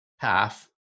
path